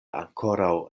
ankoraŭ